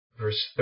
verse